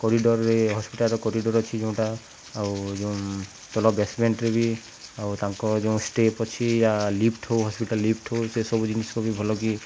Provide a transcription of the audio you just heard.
କରିଡ଼ରରେ ହସ୍ପିଟାଲରେ କରିଡ଼ୋର ଅଛି ଯେଉଁଟା ଆଉ ଯେଉଁ ତଲ ବ୍ୟାସମେଣ୍ଟରେ ବି ଆଉ ତାଙ୍କ ଯୋଉଁ ଷ୍ଟେପ୍ ଅଛି ୟା ଲିଫ୍ଟ ହଉ ହସ୍ପିଟାଲ ଲିଫ୍ଟ ହଉ ସେସବୁ ଜିନିଷ ବି ଭଲ କି